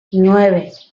nueve